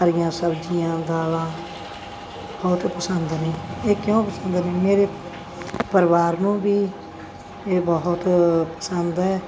ਹਰੀਆਂ ਸਬਜ਼ੀਆਂ ਦਾਲਾਂ ਬਹੁਤ ਪਸੰਦ ਨੇ ਇਹ ਕਿਉਂ ਪਸੰਦ ਨੇ ਮੇਰੇ ਪਰਿਵਾਰ ਨੂੰ ਵੀ ਇਹ ਬਹੁਤ ਪਸੰਦ ਹੈ